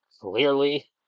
clearly